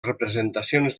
representacions